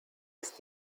ist